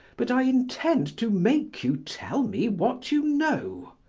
but i intend to make you tell me what you know.